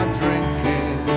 drinking